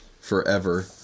forever